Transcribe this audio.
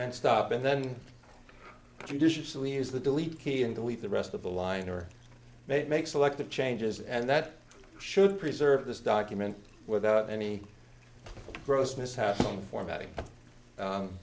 and stop and then judiciously use the delete key and delete the rest of the line or make selective changes and that should preserve this document without any gross mishaps on format